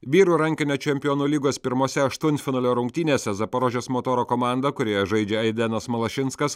vyrų rankinio čempionų lygos pirmose aštuntfinalio rungtynėse zaporožės motoro komanda kurioje žaidžia aidenas malašinskas